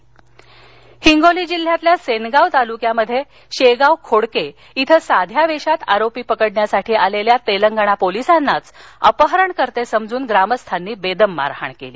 हिंगोली हिंगोली जिल्ह्यातील सेनगाव तालुक्यामध्ये शेगाव खोडके इथं साध्या वेषात आरोपी पकडण्यासाठी आलेल्या तेलंगणा पोलिसांनाच अपहरणकर्ते समजून ग्रामस्थांनी बेदम मारहाण केली